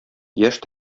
яшь